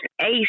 eight